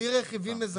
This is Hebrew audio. בלי רכיבים מזכים.